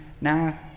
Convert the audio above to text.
now